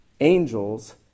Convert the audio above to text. angels